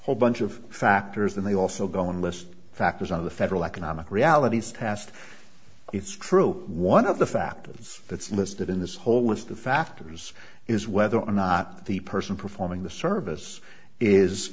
list whole bunch of factors and they also going list factors of the federal economic realities past it's true one of the factors that's listed in this whole list of factors is whether or not the person performing the service is